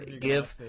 give